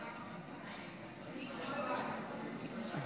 מכיוון שלא